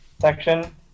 section